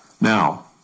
now